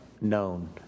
known